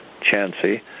chancy